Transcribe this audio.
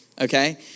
Okay